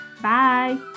Bye